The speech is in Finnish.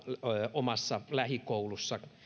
omassa lähikoulussa